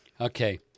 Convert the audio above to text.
Okay